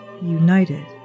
united